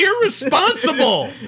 irresponsible